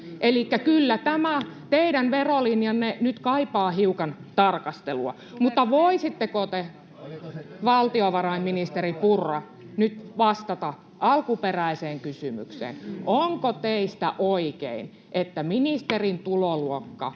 Elikkä kyllä tämä teidän verolinjanne nyt kaipaa hiukan tarkastelua. Mutta voisitteko te, valtiovarainministeri Purra, nyt vastata alkuperäiseen kysymykseen: onko teistä oikein, että ministerin tuloluokka